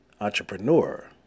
entrepreneur